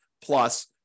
plus